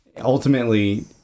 ultimately